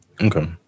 Okay